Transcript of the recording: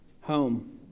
home